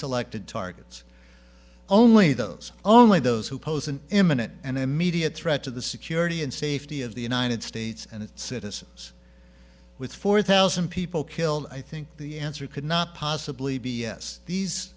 selected targets only those only those who pose an imminent and immediate threat to the security and safety of the united states and its citizens with four thousand people killed i think the answer could not possibly be yes these